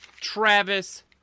Travis